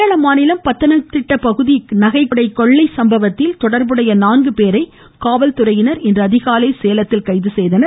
கேரள மாநிலம் பத்தனம் திட்டப் பகுதி நகைக்கடை கொள்ளை சம்பவத்தில் தொடர்புடைய நான்கு பேரை காவல்துறையினர் இன்று அதிகாலை சேலத்தில் கைது செய்தனர்